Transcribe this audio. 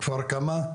כפר כמא,